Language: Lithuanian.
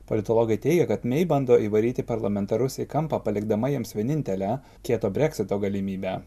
politologai teigia kad mei bando įvaryti parlamentarus į kampą palikdama jiems vienintelę kieto breksito galimybę